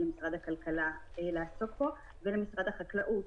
סוגיה למשרד הכלכלה לעסוק בה ומשרד החקלאות